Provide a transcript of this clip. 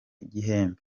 gihembe